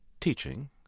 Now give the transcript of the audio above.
teaching